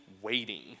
waiting